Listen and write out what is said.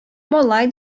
малай